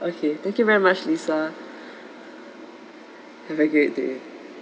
okay thank you very much lisa have a great day